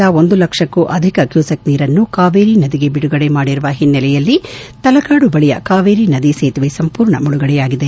ಸ್ವರ್ಜಿಯ KRS ಜಲಾಶಯದಿಂದ ಒಂದು ಲಕ್ಷಕ್ಕೂ ಅಧಿಕ ಕ್ಯೂಸೆಕ್ ನೀರನ್ನು ಕಾವೇರಿ ನದಿಗೆ ಬಿಡುಗಡೆ ಮಾಡಿರುವ ಹಿನ್ನಲೆಯಲ್ಲಿ ತಲಕಾಡು ಬಳಿಯ ಕಾವೇರಿ ನದಿ ಸೇತುವೆ ಸಂಪೂರ್ಣ ಮುಳುಗಡೆಯಾಗಿದೆ